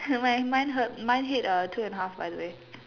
mine mine heard mine hit two and a half by the way